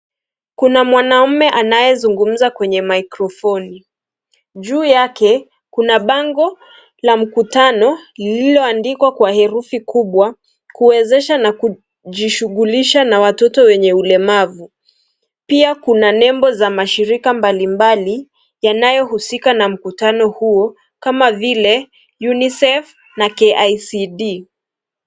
Kuna mwanaume ambaye anazungumza kwenye maikrofoni, juu yake kuna bango la mkutano lililoandikwa kwa herufi kubwa kuwezesha na kujishugulisha na watoto wenye ulemavu, pia kuna nembo za mashirika mbalimbali yanayo husika na mkutano huo kama vile UNICEF na KICD.